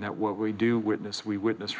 that what we do witness we witness